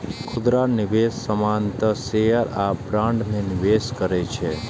खुदरा निवेशक सामान्यतः शेयर आ बॉन्ड मे निवेश करै छै